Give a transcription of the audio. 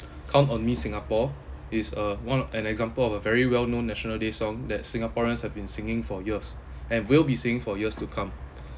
count on me singapore is uh one o~ an example of a very well known national day song that singaporeans have been singing for years and will be singing for years to come